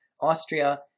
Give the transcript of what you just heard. Austria